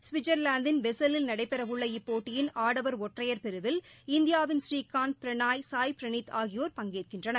சுவிட்சா்லாந்தின் பேசிலில் நடைபெறவுள்ள இப்போட்டியின் ஆடவா் ஒற்றையா் பிரிவில் இந்தியாவின் ஸ்ரீகாந்த் பிரனாய் சாய் பிரனீத் ஆகியோர் பங்கேற்கின்றனர்